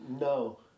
No